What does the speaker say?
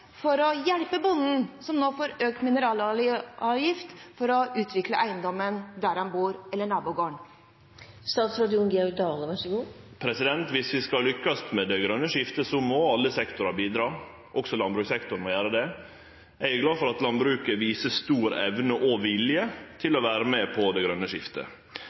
for å hjelpe bonden, som nå får en økt mineraloljeavgift, med å utvikle eiendommen der han bor, eller naboeiendommen? Dersom vi skal lukkast med det grøne skiftet, må alle sektorar bidra – også landbrukssektoren må gjere det. Eg er glad for at landbruket viser stor evne og vilje til å vere med på det grøne skiftet.